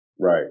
right